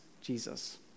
Jesus